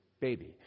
baby